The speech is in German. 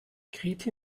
grete